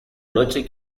noche